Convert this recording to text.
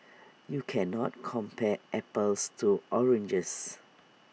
you can not compare apples to oranges